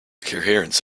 coherence